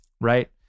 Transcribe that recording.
right